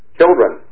children